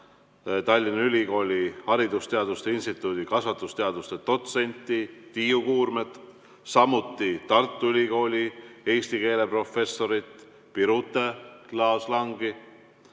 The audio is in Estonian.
Tallinna Ülikooli haridusteaduste instituudi kasvatusteaduste dotsenti Tiiu Kuurmet, samuti Tartu Ülikooli eesti keele professorit Birute Klaas-Langi.